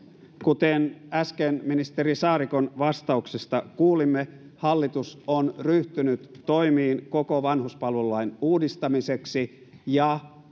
kuten äsken ministeri saarikon vastauksesta kuulimme hallitus on ryhtynyt toimiin koko vanhuspalvelulain uudistamiseksi ja